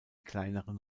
kleineren